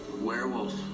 Werewolf